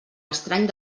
estrany